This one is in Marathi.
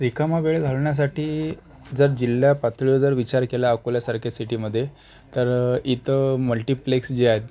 रिकामा वेळ घालवण्यासाठी जर जिल्हा पातळीवर जर विचार केला अकोलासारख्या सिटीमध्ये तर इथं मल्टी प्लेक्स जे आहेत